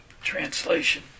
translation